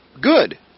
good